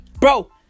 Bro